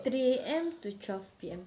three A_M to twelve P_M